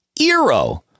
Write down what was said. Eero